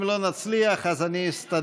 אם לא נצליח אז אני אסתדר.